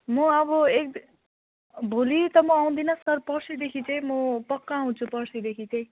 म अब एक भोलि त म आउँदिनँ पर्सिदेखि चाहिँ म पक्का आउँछु पर्सिदेखि चाहिँ